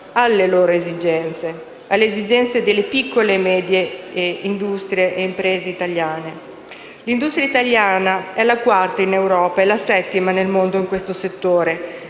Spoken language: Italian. alle loro esigenze, quelle delle piccole e medie imprese italiane. L'industria italiana è la quarta in Europa e la settima nel mondo in questo settore.